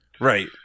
right